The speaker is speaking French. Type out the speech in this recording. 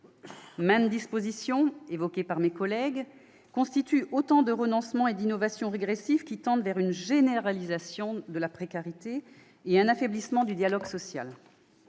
Maintes dispositions, évoquées par mes collègues, constituent autant de renoncements et d'innovations régressives, qui tendent à une généralisation de la précarité et à un affaiblissement du dialogue social.